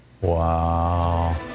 Wow